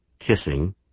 kissing